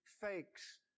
fakes